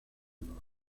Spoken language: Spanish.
bros